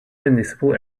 municipal